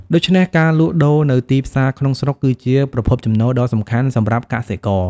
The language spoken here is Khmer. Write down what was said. ដូច្នេះ ការលក់ដូរនៅទីផ្សារក្នុងស្រុកគឺជាប្រភពចំណូលដ៏សំខាន់សម្រាប់កសិករ។